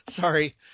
Sorry